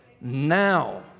now